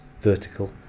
vertical